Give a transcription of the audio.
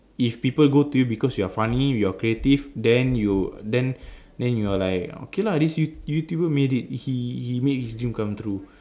if people go to you because you are funny you are creative then you then then you are like okay lah this you~ YouTuber made it he he made his dream come true